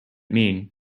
mean